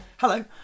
Hello